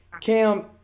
Cam